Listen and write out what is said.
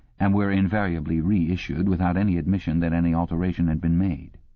and were invariably reissued without any admission that any alteration had been made.